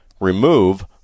remove